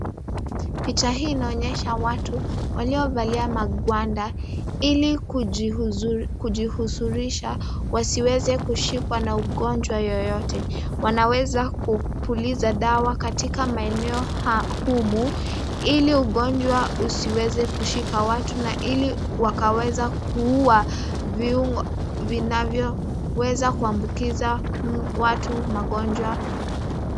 Picha hii inaonyesha watu, waliovalia magwanda, ili kujihusurisha wasiweze kushikwa na ugonjwa yeyote. Wanaweza kupuliza dawa katika maeneo humu ili ugonjwa usiweze kushika watu na ili wakaweza kuua viungo vinavyo weza kuambukiza watu magonjwa.